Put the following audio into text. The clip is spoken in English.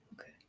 okay